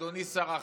אדוני שר החינוך.